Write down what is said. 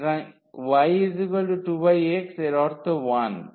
সুতরাং y 2x এর অর্থ 1